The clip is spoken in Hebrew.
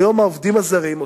היום העובדים הזרים,